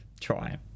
try